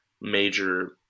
major